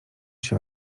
się